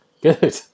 Good